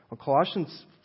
Colossians